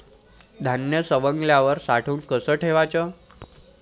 धान्य सवंगल्यावर साठवून कस ठेवाच?